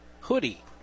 hoodie